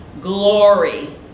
Glory